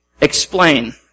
Explain